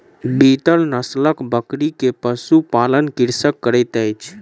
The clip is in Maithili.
बीतल नस्लक बकरी के पशु पालन कृषक करैत अछि